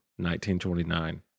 1929